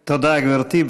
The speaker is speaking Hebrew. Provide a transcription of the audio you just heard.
תודה, גברתי.